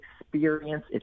experience